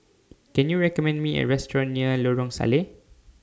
Can YOU recommend Me A Restaurant near Lorong Salleh